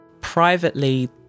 privately